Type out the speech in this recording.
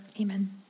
Amen